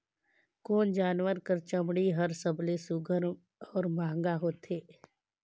कोन जानवर कर चमड़ी हर सबले सुघ्घर और महंगा होथे?